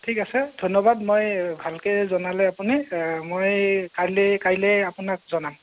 ঠিক আছে ধন্যবাদ মই ভালকৈ জনালে আপুনি মই কাইলৈ কাইলৈ আপোনাক জনাম